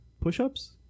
push-ups